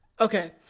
okay